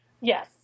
Yes